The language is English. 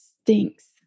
stinks